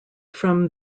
from